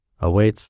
awaits